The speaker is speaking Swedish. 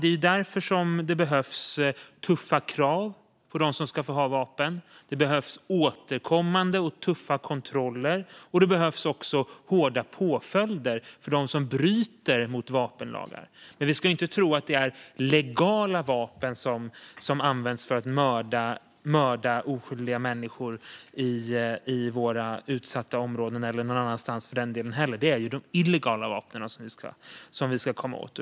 Det är därför som det behövs tuffa krav på dem som ska få ha vapen. Det behövs återkommande och tuffa kontroller. Det behövs också hårda påföljder för dem som bryter mot vapenlagar. Men vi ska inte tro att det är legala vapen som används för att mörda oskyldiga människor i våra utsatta områden eller för den delen någon annanstans. Det är de illegala vapnen som vi ska komma åt.